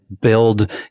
build